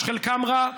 חלקם רע.